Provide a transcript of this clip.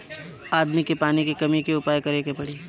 आदमी के पानी के कमी क उपाय करे के पड़ी